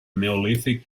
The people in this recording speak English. neolithic